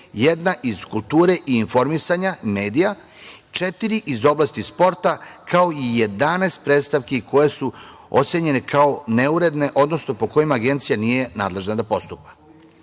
jedna iz kulture i informisanja medija, četiri iz oblasti sporta, kao i 11 predstavki koje su ocenjene kao neuredne, odnosno po kojima Agencija nije nadležna da postupa.